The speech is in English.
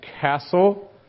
castle